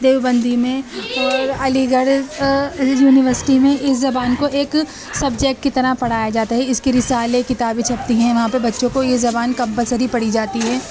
دیوبند میں اور Aligarh university میں اس زبان کو ایک سبجیکٹ کی طرح پڑھایا جاتا ہے اس کے رسالے کتابیں چھپتی ہیں وہاں پر بچوں کو یہ زبان کمپلسری پڑھی جاتی ہے